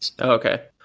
Okay